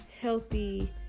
healthy